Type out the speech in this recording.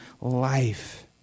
life